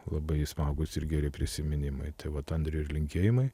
labai smagūs ir geri prisiminimai tai vat andriui ir linkėjimai